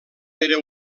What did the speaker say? era